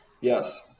Yes